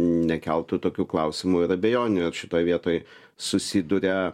nekeltų tokių klausimų ir abejonių šitoj vietoj susiduria